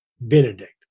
benedict